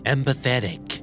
Empathetic